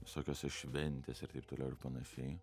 visokiose šventėse ir taip toliau ir panašiai